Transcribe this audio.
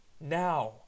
Now